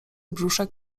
brzuszek